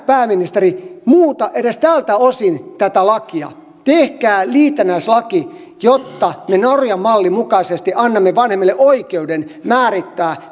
pääministeri muuta edes tältä osin tätä lakia tehkää liitännäislaki jotta me norjan mallin mukaisesti annamme vanhemmille oikeuden määrittää